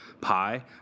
pie